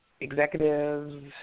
executives